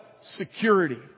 security